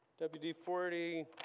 WD-40